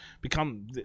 become